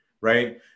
Right